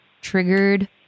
triggered